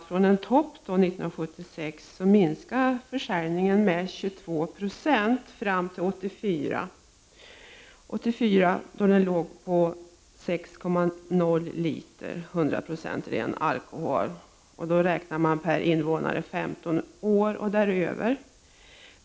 Från en topp 1976 minskade försäljningen med 22 96 fram till år 1984, då den låg på 6,0 liter 100 96 ren alkohol, räknat per invånare på 15 år och däröver.